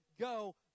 go